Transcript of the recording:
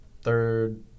third